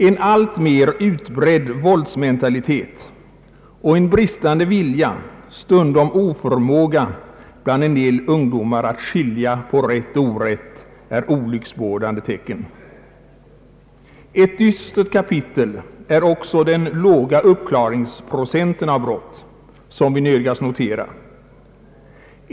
En alltmer utbredd våldsmentalitet och en bristande vilja, stundom oförmåga, bland en del ungdomar att skilja på rätt och orätt är ett olycksbådande tecken. Ett dystert kapitel är också den låga uppklarningsprocent av brott som vi nödgas konstatera.